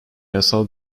yasal